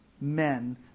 men